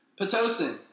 Pitocin